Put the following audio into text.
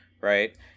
Right